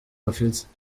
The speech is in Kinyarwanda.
bafite